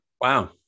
Wow